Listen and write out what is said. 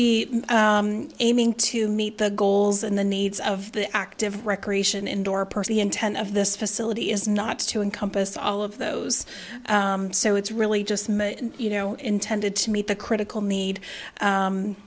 be aiming to meet the goals and the needs of the active recreation indoor person the intent of this facility is not to encompass all of those so it's really just you know intended to meet the critical need